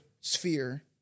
sphere